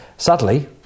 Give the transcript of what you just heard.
Sadly